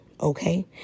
okay